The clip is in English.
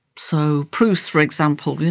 so proust, for example,